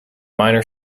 minor